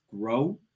grow